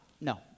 no